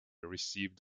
received